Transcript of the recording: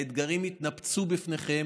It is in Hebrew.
האתגרים יתנפצו בפניכם.